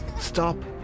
Stop